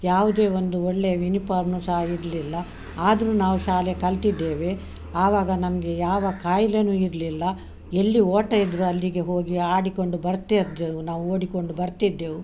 ಯಾವುದೇ ಒಂದು ಒಳ್ಳೆಯ ವಿನಿಪಾರ್ಮು ಸಹ ಇರಲಿಲ್ಲ ಆದರೂ ನಾವು ಶಾಲೆ ಕಲ್ತಿದ್ದೇವೆ ಆವಾಗ ನಮಗೆ ಯಾವ ಕಾಯಿಲೆನೂ ಇರಲಿಲ್ಲ ಎಲ್ಲಿ ಓಟ ಇದ್ದರೂ ಅಲ್ಲಿಗೆ ಹೋಗಿ ಆಡಿಕೊಂಡು ಬರ್ತೆದ್ದೆವು ನಾವು ಓಡಿಕೊಂಡು ಬರ್ತಿದ್ದೆವು